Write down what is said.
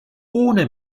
ohne